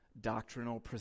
doctrinal